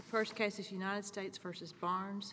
first case united states versus farms